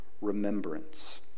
remembrance